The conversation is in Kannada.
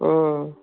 ಹ್ಞೂ